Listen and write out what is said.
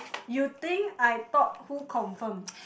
you think I thought who confirm